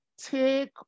take